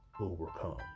overcome